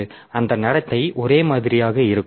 எனவே அந்த நடத்தை ஒரே மாதிரியாக இருக்கும்